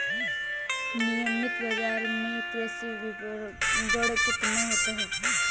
नियमित बाज़ार में कृषि विपणन कितना होता है?